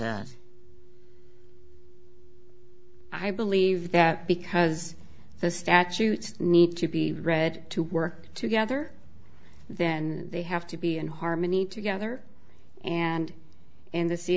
say i believe that because the statutes need to be read to work together then they have to be in harmony together and in the